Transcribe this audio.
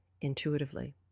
intuitively